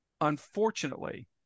Unfortunately